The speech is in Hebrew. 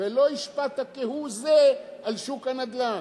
ולא השפעת כהוא-זה על שוק הנדל"ן.